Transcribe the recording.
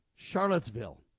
Charlottesville